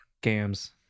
Gams